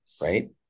right